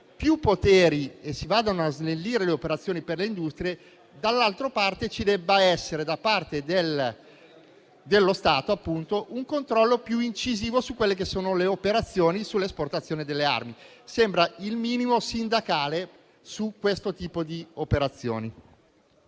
più poteri e a snellire le operazioni per le industrie, dall'altra parte ci debba essere, da parte dello Stato, un controllo più incisivo sulle operazioni per l'esportazione delle armi. Mi sembra il minimo sindacale su questo tipo di operazioni.